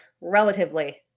relatively